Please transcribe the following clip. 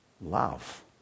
love